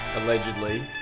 Allegedly